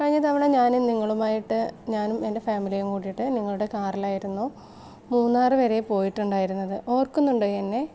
കഴിഞ്ഞ തവണ ഞാനും നിങ്ങളുമായിട്ട് ഞാനും എൻ്റെ ഫാമിലിയും കൂടിയി ട്ട് നിങ്ങളുടെ കാറിലായിരുന്നു മൂന്നാർ വരെ പോയിട്ടുണ്ടായിരുന്നത് ഓർക്കുന്നുണ്ടോ എന്നെ